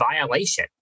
violation